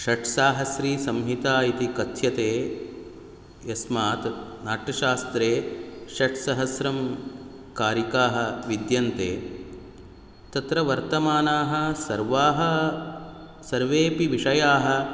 षट्साहस्रीसंहिता इति कथ्यते यस्मात् नाट्यशास्त्रे षट्सहस्रं कारिकाः विद्यन्ते तत्र वर्तमानाः सर्वाः सर्वेऽपि विषयाः